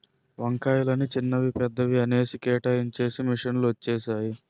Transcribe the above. వంకాయలని చిన్నవి పెద్దవి అనేసి కేటాయించేసి మిషన్ లు వచ్చేసాయి